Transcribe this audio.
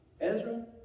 Ezra